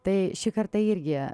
tai šį kartą irgi